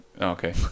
Okay